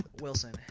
Wilson